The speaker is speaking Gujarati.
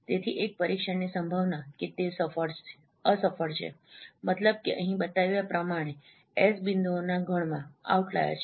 તેથી એક પરીક્ષણની સંભાવના કે તે અસફળ છે મતલબ કે અહીં બતાવ્યા પ્રમાણે S બિંદુઓના ગણમાં આઉટલાઈર છે